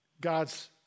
God's